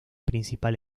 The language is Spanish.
principal